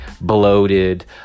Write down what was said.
bloated